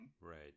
right